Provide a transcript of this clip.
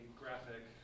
graphic